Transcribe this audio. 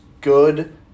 good